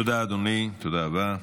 תודה רבה,